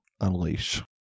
unleash